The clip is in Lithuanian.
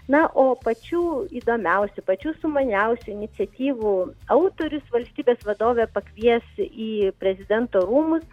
na o pačių įdomiausių pačių sumaniausių iniciatyvų autorius valstybės vadovė pakvies į prezidento rūmus